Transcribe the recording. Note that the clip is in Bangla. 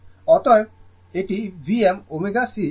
অতএব এটি Vm ω C cos ω t হওয়া উচিত